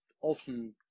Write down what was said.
often